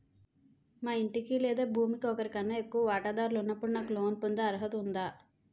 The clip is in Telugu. మా ఇంటికి లేదా భూమికి ఒకరికన్నా ఎక్కువ వాటాదారులు ఉన్నప్పుడు నాకు లోన్ పొందే అర్హత ఉందా?